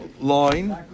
line